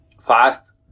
fast